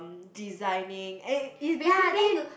designing eh it's basically